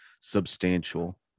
substantial